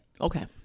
Okay